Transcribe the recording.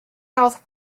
health